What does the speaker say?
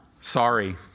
Sorry